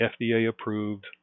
FDA-approved